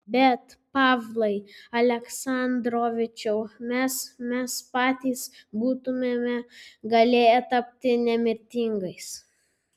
bet pavlai aleksandrovičiau mes mes patys būtumėme galėję tapti nemirtingais